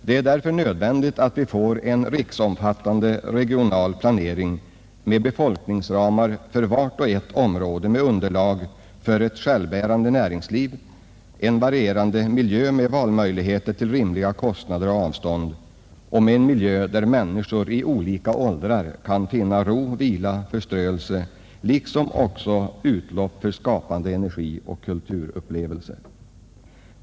Det är därför nödvändigt att vi får till stånd en riksomfattande regional planering med befolkningsramar för varje särskilt område innefattande underlag för ett självbärande näringsliv, en varierande miljö med valmöjligheter till rimliga kostnader och på överkomliga avstånd och med en miljö där människor i olika åldrar kan finna både ro, vila och förströelse liksom också utlopp för skapande energi och kulturupplevelser.